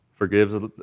Forgives